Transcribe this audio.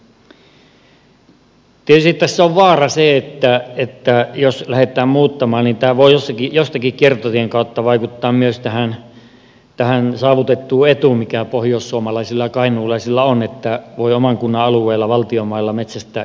tietysti tässä on vaara se että jos lähdetään muuttamaan niin tämä voi jostakin kiertotien kautta vaikuttaa myös tähän saavutettuun etuun mikä pohjoissuomalaisilla ja kainuulaisilla on että voi oman kunnan alueella valtion mailla metsästää ilmaiseksi